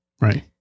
right